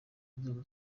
nzego